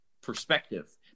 perspective